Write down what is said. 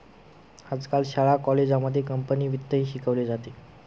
आजकाल शाळा कॉलेजांमध्ये कंपनी वित्तही शिकवले जाते